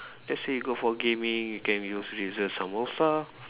let's say you go for gaming you can use Razer Salmosa